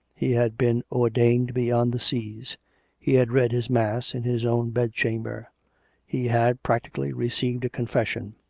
he had been ordained beyond the seas he had read his mass in his own bedchamber he had, practically, received a confession